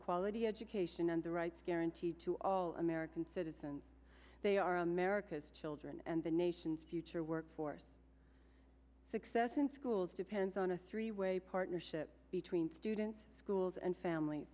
quality education and their rights guaranteed to all american citizens they are america's children and the nation's future workforce success in schools depends on a three way partnership between students schools and famil